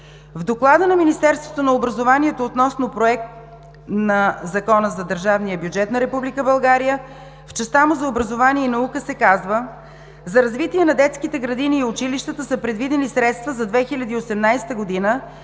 В доклада на Министерството на образованието относно Проектозакона за държавния бюджет на Република България в частта му за образование и наука се казва, че за развитие на детските градини и училищата са предвидени средства за 2018 г.